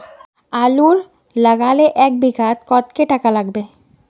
आलूर लगाले एक बिघात कतेक टका लागबे?